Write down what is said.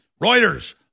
Reuters